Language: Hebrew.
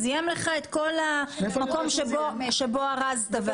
זיהם לך את כל המקום שבו ארזת.